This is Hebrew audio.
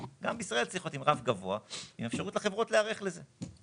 גם בישראל צריך להיות עם רף גבוה עם אפשרות לחברות להיערך לזה.